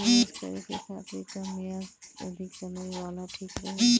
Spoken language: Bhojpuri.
निवेश करें के खातिर कम या अधिक समय वाला ठीक रही?